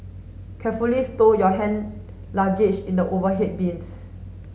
carefully stow your hand luggage in the overhead bins